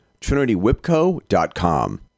TrinityWhipCo.com